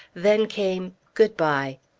then came good-bye.